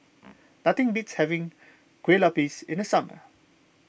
nothing beats having Kuih Lopes in the summer